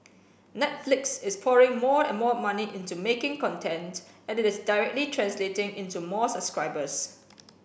Netflix is pouring more and more money into making content and it is directly translating into more subscribers